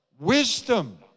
wisdom